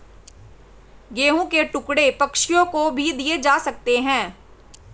गेहूं के टुकड़े पक्षियों को भी दिए जा सकते हैं